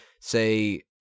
say